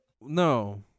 No